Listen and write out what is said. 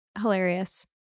Hilarious